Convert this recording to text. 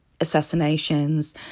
assassinations